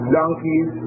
donkeys